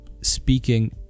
speaking